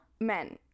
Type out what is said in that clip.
Men